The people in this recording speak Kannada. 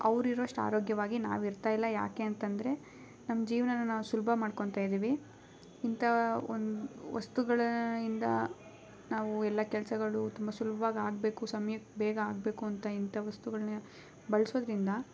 ಅವರಿರುವಷ್ಟು ಆರೋಗ್ಯವಾಗಿ ನಾವು ಇರ್ತಾ ಇಲ್ಲ ಯಾಕೆ ಅಂತಂದರೆ ನಮ್ಮ ಜೀವನನ ನಾವು ಸುಲಭ ಮಾಡ್ಕೊತಾ ಇದ್ದೀವಿ ಇಂಥ ಒಂದು ವಸ್ತುಗಳಿಂದ ನಾವು ಎಲ್ಲ ಕೆಲಸಗಳು ತುಂಬ ಸುಲ್ಭವಾಗಿ ಆಗಬೇಕು ಸಮ್ಯಕ್ಕೆ ಬೇಗ ಆಗಬೇಕು ಅಂತ ಇಂಥ ವಸ್ತುಗಳನ್ನೇ ಬಳಸೋದರಿಂದ